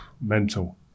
Mental